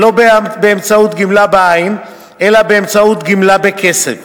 שלא באמצעות גמלה בעין אלא באמצעות גמלה בכסף,